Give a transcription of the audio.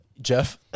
Jeff